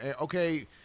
okay